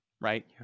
right